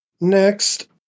Next